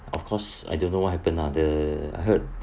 of course I don't know what happened lah the I heard